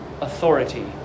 authority